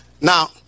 Now